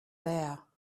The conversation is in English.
there